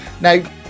now